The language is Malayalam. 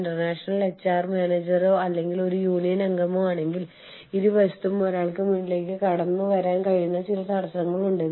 ഉദാഹരണത്തിന് ഇന്ത്യയിലെ ബർഗറിൽ ഒരു ഉരുളക്കിഴങ്ങ് പാറ്റി ഉണ്ട്